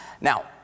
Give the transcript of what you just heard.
Now